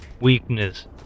weakness